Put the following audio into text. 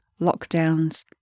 lockdowns